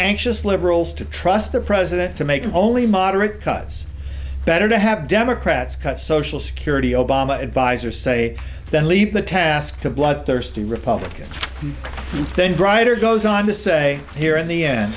anxious liberals to trust the president to make only moderate cuts better to have democrats cut social security obama advisers say then leave the task to bloodthirsty republicans then grider goes on to say here in the end